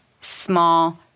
small